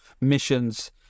missions